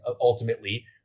ultimately